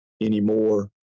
anymore